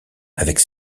avec